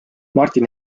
martin